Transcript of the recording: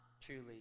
truly